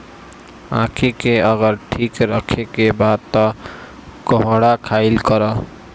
आंखी के अगर ठीक राखे के बा तअ कोहड़ा खाइल करअ